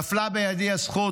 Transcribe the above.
נפלה בידי הזכות,